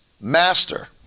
master